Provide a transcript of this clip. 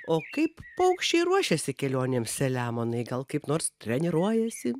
o kaip paukščiai ruošiasi kelionėms selemonai gal kaip nors treniruojuosi